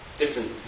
different